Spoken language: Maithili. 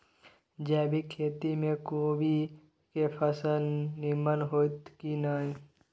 जैविक खेती म कोबी के फसल नीमन होतय की नय?